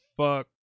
fuck